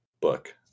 book